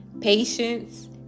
patience